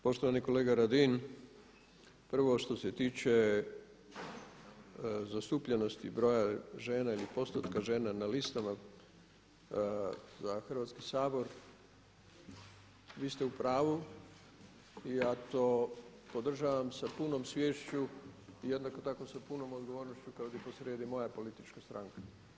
Poštovani kolega Radin, prvo što se tiče zastupljenosti broja žena ili postotka žena na listama za Hrvatski sabor vi ste u pravu i ja to podržavam sa punom sviješću i jednako tako sa punom odgovornošću kada je posrijedi moja politička stranka.